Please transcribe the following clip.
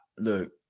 Look